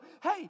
hey